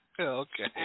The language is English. Okay